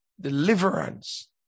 Deliverance